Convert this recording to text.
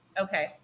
Okay